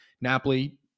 Napoli